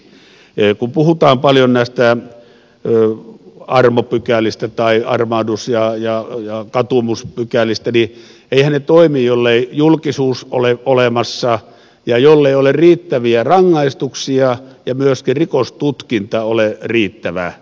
kun puhutaan paljon näistä armopykälistä tai armahdus ja katumuspykälistä niin eiväthän ne toimi jollei julkisuus ole olemassa ja jollei ole riittäviä rangaistuksia ja myöskin rikostutkinta ole riittävä